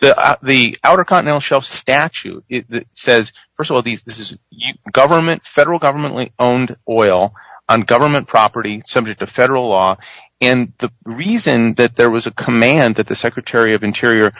jurisdiction the outer continental shelf statute says for some of these this is government federal government owned oil on government property subject to federal law and the reason that there was a command that the secretary of interior